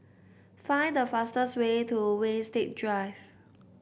find the fastest way to Winstedt Drive